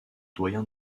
doyen